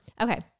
Okay